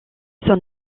son